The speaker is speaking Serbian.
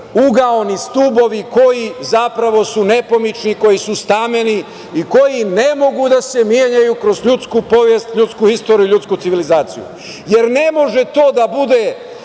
ugaoni stubovi koji zapravo su nepomični, koji su stameni i koji ne mogu da se menjaju kroz ljudsku povest, ljudsku istoriju, ljudsku civilizaciju. Ne može da bude